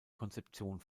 konzeption